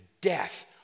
death